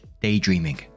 daydreaming